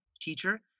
teacher